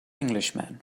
englishman